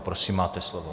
Prosím, máme slovo.